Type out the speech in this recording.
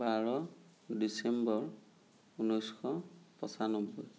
বাৰ ডিচেম্বৰ ঊনৈছশ পঞ্চান্নব্বৈ